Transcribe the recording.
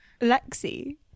Lexi